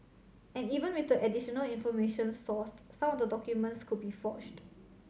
and even with the additional information sourced some of the documents could be forged